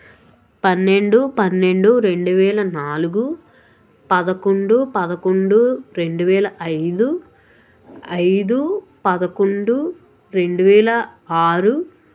పన్నెండు పన్నెండు రెండువేల నాలుగు పదకొండు పదకొండు రెండువేల ఐదు ఐదు పదకొండు రెండువేల ఆరు